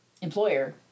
employer